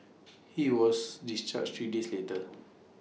he was discharged three days later